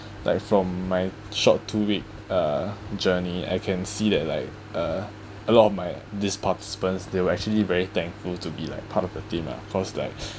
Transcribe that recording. like from my short two week uh journey I can see that like uh a lot of my this participants they were actually very thankful to be like part of the team lah of course like